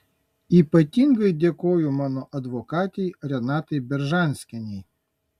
ypatingai dėkoju mano advokatei renatai beržanskienei